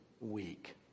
week